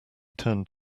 turned